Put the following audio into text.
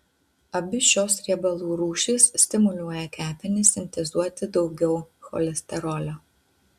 abi šios riebalų rūšys stimuliuoja kepenis sintezuoti daugiau cholesterolio